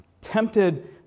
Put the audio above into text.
tempted